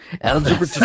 Algebra